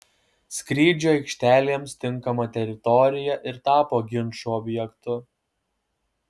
skrydžių aikštelėms tinkama teritorija ir tapo ginčų objektu